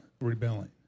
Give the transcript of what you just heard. rebelling